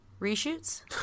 Reshoots